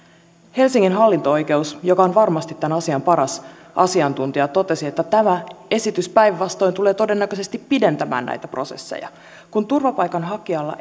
helsingin hallinto oikeus joka on varmasti tämän asian paras asiantuntija totesi että tämä esitys päinvastoin tulee todennäköisesti pidentämään näitä prosesseja kun turvapaikanhakijalla